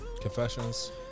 Confessions